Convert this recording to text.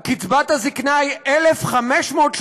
קצבת הזיקנה היא 1,531,